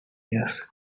years